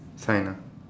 sign ah